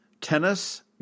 tennis